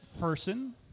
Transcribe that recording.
person